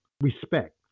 respect